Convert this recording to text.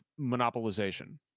monopolization